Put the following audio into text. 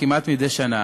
כמעט מדי שנה